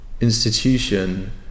institution